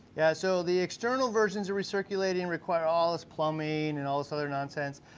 yeah, so the external versions of recirculating require all this plumbing and all this other nonsense,